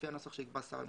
לפי הנוסח שיקבע שר המשפטים,